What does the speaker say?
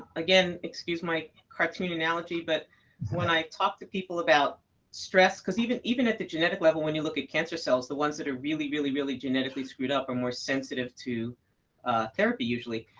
again, excuse my cartoon analogy, but when i talk to people about stress because even even at the genetic level when you look at cancer cells, the ones that are really, really, really genetically screwed up are more sensitive to therapy usually.